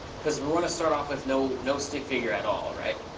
because we want to start off with no no stick figure at all, right?